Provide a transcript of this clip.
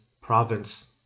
province